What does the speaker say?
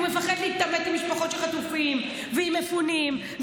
הוא מפחד להתעמת עם משפחות של חטופים ועם מפונים,